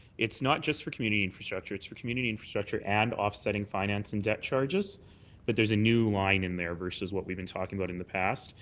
it's not just for community infrastructure, it's for community infrastructure and offsetting finance and debt charges but there's a new line in there versus what we've been talking about in the past,